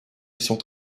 sont